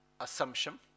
assumption